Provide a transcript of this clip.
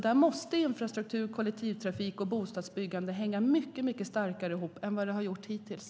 Där måste infrastruktur, kollektivtrafik och bostadsbyggande hänga mycket starkare ihop än vad de har gjort hittills.